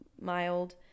mild